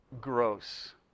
gross